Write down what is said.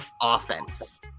offense